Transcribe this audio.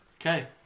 Okay